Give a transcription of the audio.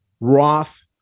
Roth